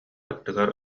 аттыгар